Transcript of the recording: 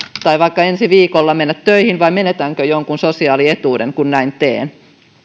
tai vaikka ensi viikolla mennä töihin vai menetänkö jonkin sosiaalietuuden kun näin teen